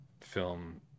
film